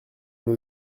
nous